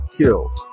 kill